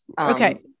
okay